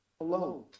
alone